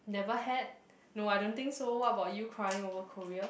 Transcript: never had no I don't think so what about you crying over Korea